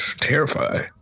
Terrified